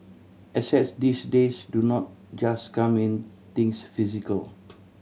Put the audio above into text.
assets these days do not just come in things physical